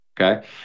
Okay